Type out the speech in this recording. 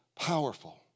Powerful